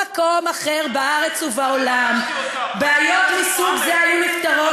בכל מקום אחר בארץ ובעולם בעיות מסוג זה היו נפתרות